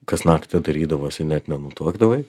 kas naktį darydavosi net nenutuokdavai